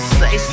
say